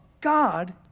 God